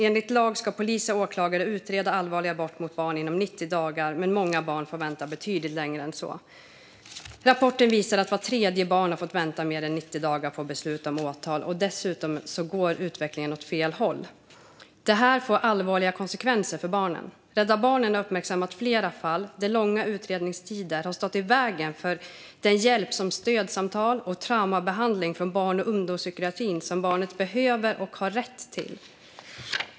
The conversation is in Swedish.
Enligt lag ska polis och åklagare utreda allvarliga brott mot barn inom 90 dagar. Men många barn får vänta betydligt längre än så. Rapporten visar att vart tredje barn har fått vänta mer än 90 dagar på beslut om åtal. Dessutom går utvecklingen åt fel håll. Detta får allvarliga konsekvenser för barnen. Rädda Barnen har uppmärksammat flera fall där långa utredningstider har stått i vägen för hjälp som stödsamtal och traumabehandling från barn och ungdomspsykiatrin som barnet behöver och har rätt till.